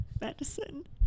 medicine